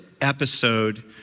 episode